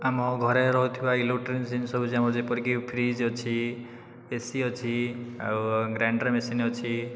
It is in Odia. ଆମ ଘରେ ରହୁଥିବା ଇଲୋକଟ୍ରୋନିକ୍ସ ଜିନିଷ ହେଉଛି ଆମର ଯେପରିକି ଫ୍ରିଜ ଅଛି ଏସି ଅଛି ଆଉ ଗ୍ରାଇଣ୍ଡର ମେସିନ୍ ଅଛି